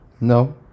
No